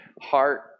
heart